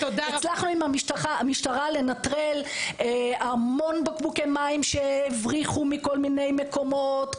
עם המשטרה הצלחנו לנטרל המון בקבוקי מים שהבריחו מכל מיני מקומות,